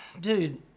dude